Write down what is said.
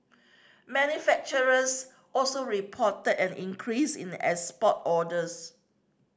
manufacturers also reported an increase in export orders